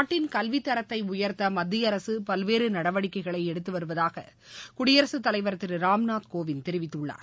நாட்டின் கல்வித்தரத்தை உயர்த்த மத்திய அரசு பல்வேறு நடவடிக்கைகளை எடுத்துவருவதாக குடியரசுத் தலைவர் திரு ராம்நாத் கோவிந்த் தெரிவித்துள்ளார்